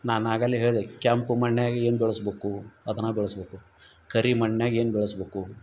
ನಾನಾಗಲೆ ಹೇಳಿ ಕೆಂಪು ಮಣ್ಣಾಗ ಏನು ಬೆಳಸ್ಬಕು ಅದ್ನ ಬೆಳಸ್ಬಕು ಕರಿ ಮಣ್ಣಾಗ ಏನು ಬೆಳಸ್ಬಕು